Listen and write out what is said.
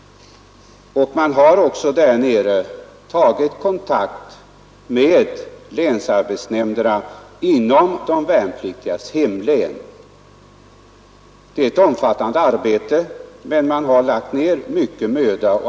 Man har där nere också tagit kontakt med länsarbetsnämnderna inom de värnpliktigas hemlän. Det är ett omfattande arbete, och man har här lagt ner mycken möda.